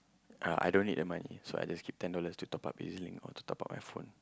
yeah I don't need the money so I just keep ten dollars to top up E_Z-link or top up my phone